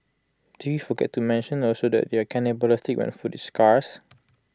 did we forget to mention also that they're cannibalistic when food is scarces